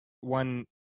one